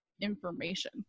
information